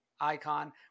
icon